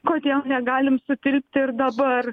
kodėl negalim supilti ir dabar